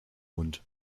mund